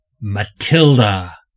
Matilda